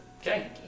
okay